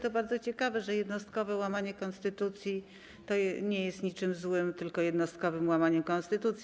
To bardzo ciekawe, że jednostkowe łamanie konstytucji nie jest niczym złym, tylko jednostkowym łamaniem konstytucji.